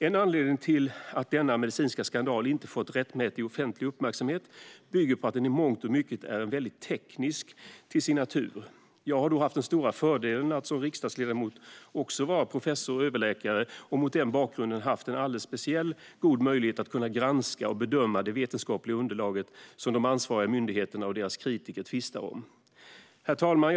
En anledning till att denna medicinska skandal inte fått rättmätig offentlig uppmärksamhet är att den i mångt och mycket är väldigt teknisk till sin natur. Jag har den stora fördelen att förutom riksdagsledamot också vara professor och överläkare. Mot denna bakgrund har jag haft en alldeles speciell, god möjlighet att kunna granska och bedöma det vetenskapliga underlag som de ansvariga myndigheterna och deras kritiker tvistar om. Herr talman!